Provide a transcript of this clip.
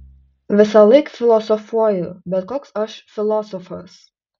visąlaik filosofuoju bet koks aš filosofas